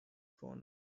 gone